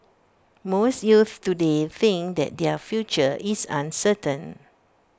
most youths today think that their future is uncertain